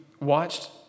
watched